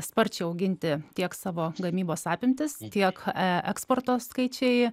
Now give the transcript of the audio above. sparčiai auginti tiek savo gamybos apimtis tiek eksporto skaičiai